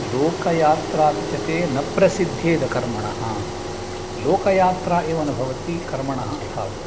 लोकयात्रापि च ते न प्रसिद्धेदकर्मणः लोकयात्रा एव न भवति कर्मणः अभावे